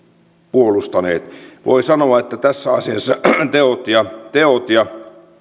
puolustavinaan voi sanoa että tässä asiassa teot ja